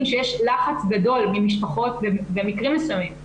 שיש לחץ גדול ממשפחות במקרים מסוימים,